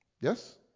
Yes